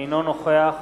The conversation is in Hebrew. אינו נוכח